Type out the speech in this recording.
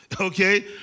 Okay